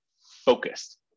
focused